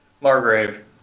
Margrave